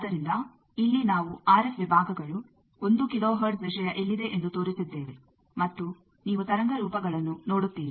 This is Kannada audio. ಆದ್ದರಿಂದ ಇಲ್ಲಿ ನಾವು ಆರ್ಎಫ್ ವಿಭಾಗಗಳು 1 ಕಿಲೋ ಹರ್ಟ್ಜ್ ವಿಷಯ ಎಲ್ಲಿದೆ ಎಂದು ತೋರಿಸಿದ್ದೇವೆ ಮತ್ತು ನೀವು ತರಂಗ ರೂಪಗಳನ್ನು ನೋಡುತ್ತೀರಿ